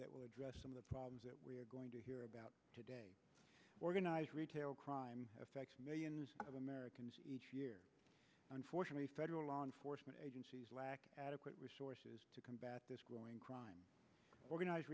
that will address some of the problems that we're going to hear about today organized retail crime affects millions of americans each year unfortunately federal law enforcement agencies lack adequate resources to combat this growing crime organized